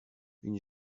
une